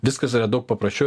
viskas yra daug paprasčiau